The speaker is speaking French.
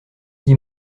dis